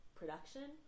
production